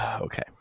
Okay